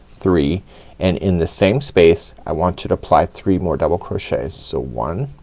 three and in the same space i want you to apply three more double crochets. so one,